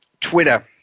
Twitter